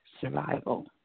survival